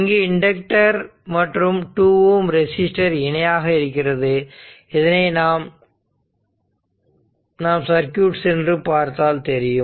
இங்கு இண்டக்டர் மற்றும் 2 Ω ரெசிஸ்டர் இணையாக இருக்கிறது இதனை நாம் சர்க்யூட் சென்று பார்த்தால் தெரியும்